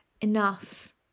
enough